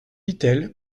vitel